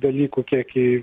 dalykų kiek į